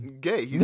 gay